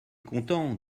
content